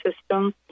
system